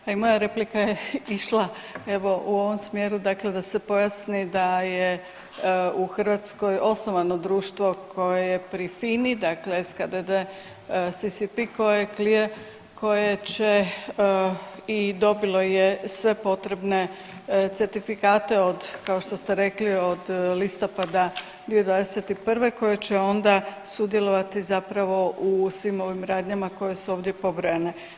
Pa i moja replika je išla, evo u ovom smjeru, dakle da se pojasni da je u Hrvatskoj osnovano društvo koje je pri FINA-i, dakle SKDD CCP koji ... koji će i dobilo je sve potrebne certifikate od, kao što ste rekli, od listopada 2021. koje će onda sudjelovali zapravo u svim ovim radnjama koje su ovdje pobrojane.